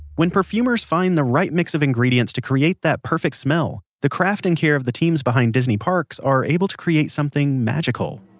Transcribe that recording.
when perfumers find the right mix of ingredients to create that perfect smell, the craft and care of the teams behind disney's parks are able to create something magical